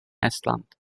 estland